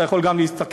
אתה יכול גם להסתכל,